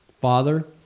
Father